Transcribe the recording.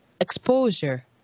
exposure